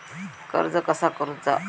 कर्ज कसा करूचा?